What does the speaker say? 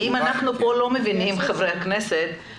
אם אנחנו חברי הכנסת לא מבינים,